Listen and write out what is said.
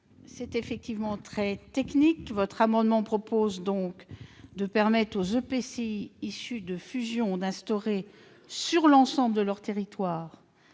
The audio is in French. est effectivement très technique. Cet amendement vise à permettre aux EPCI issus de fusions d'instaurer sur l'ensemble de leur territoire